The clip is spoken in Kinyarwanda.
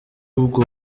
ubwo